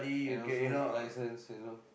and also license you know